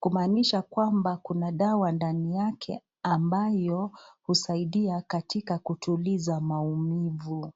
Kumaanisha kwamba kuna dawa ndani yake ambayo husaidia katika kutuliza maumivu .